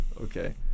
Okay